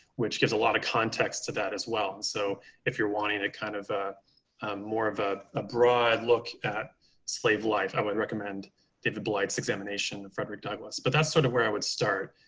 which gives a lot of context to that as well. and so if you're wanting to kind of ah more of ah a broad look at slave life, i would recommend david blights examination in frederick douglass, but that's sort of where i would start,